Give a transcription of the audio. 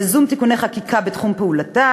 ייזום תיקוני חקיקה בתחום פעולתה,